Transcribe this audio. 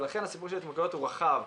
ולכן הסיפור של ההתמכרויות הוא רחב.